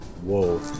Whoa